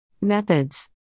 Methods